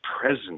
presence